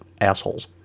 assholes